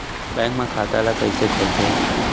Bank म खाता ल कइसे खोलथे?